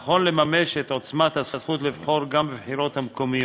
נכון לממש את עוצמת הזכות לבחור גם בבחירות המקומיות.